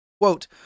Quote